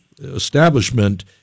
Establishment